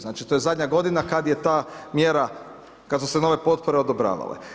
Znači to je zadnja godina kad je ta mjera, kad su se nove potpore odobravale.